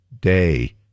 day